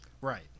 Right